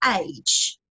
age